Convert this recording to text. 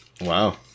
Wow